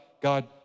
God